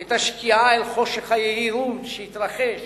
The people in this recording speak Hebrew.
את השקיעה אל חושך היהירות שהתרחש